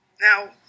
Now